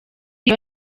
iyo